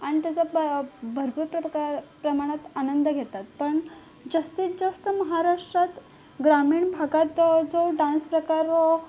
आणि त्याचा भ भरपूर प्रकार प्रमाणात आनंद घेतात पण जास्तीत जास्त महाराष्ट्रात ग्रामीण भागात जो डांस प्रकार